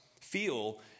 feel